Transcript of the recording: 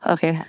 Okay